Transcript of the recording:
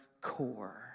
core